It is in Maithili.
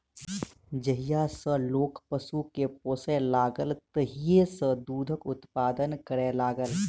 जहिया सॅ लोक पशु के पोसय लागल तहिये सॅ दूधक उत्पादन करय लागल